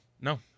No